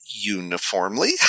uniformly